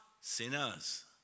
sinners